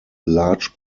large